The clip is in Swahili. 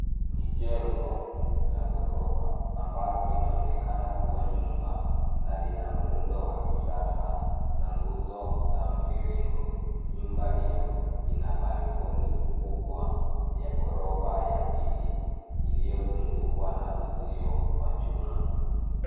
Ni jengo la ghorofa ambalo linaonekana kuwa nyumba na lina muundo wa kisasa na nguzo za mviringo. Nyumba hiyo ina balkoni kubwa ya ghorofa ya pili iliyozungukwa na uzio wa chuma.